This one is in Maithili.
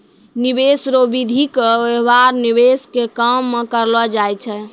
निवेश रो विधि के व्यवहार निवेश के काम मे करलौ जाय छै